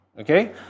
Okay